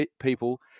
people